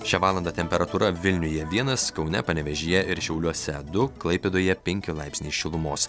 šią valandą temperatūra vilniuje vienas kaune panevėžyje ir šiauliuose du klaipėdoje penki laipsniai šilumos